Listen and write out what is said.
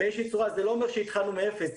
זה לא אומר שהתחלנו מאפס.